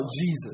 Jesus